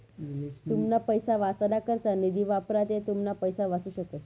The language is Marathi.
तुमना पैसा वाचाडा करता निधी वापरा ते तुमना पैसा वाचू शकस